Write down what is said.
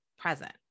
Present